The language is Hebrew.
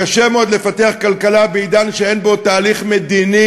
קשה מאוד לפתח כלכלה בעידן שאין בו תהליך מדיני